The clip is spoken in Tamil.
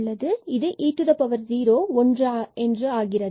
இது e0 ஒன்றாகிறது